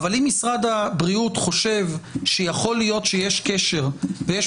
אבל אם משרד הבריאות חושב שיכול להיות שיש קשר ויש